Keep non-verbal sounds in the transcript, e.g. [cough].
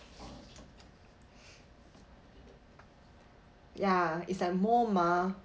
[noise] ya is like more mah